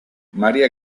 maria